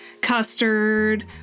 custard